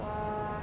(uh huh)